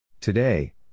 Today